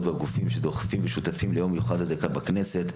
והגופים שדוחפים ושותפים ליום המיוחד היום כאן בכנסת.